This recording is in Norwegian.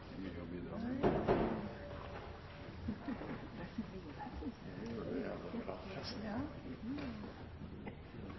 det er også viktig å